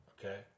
okay